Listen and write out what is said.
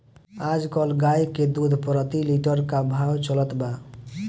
आज कल गाय के दूध प्रति लीटर का भाव चलत बा?